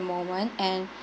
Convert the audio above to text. moment and